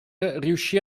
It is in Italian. riuscì